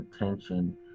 attention